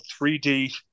3d